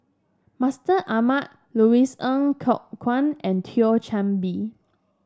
Mustaq Ahmad Louis Ng Kok Kwang and Thio Chan Bee